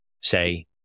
say